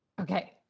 Okay